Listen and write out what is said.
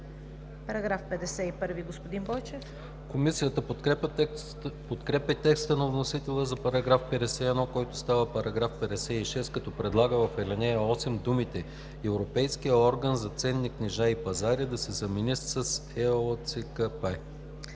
Параграф 51 – господин Бойчев.